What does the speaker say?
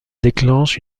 déclenche